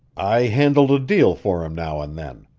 i handled a deal for him now and then.